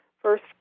First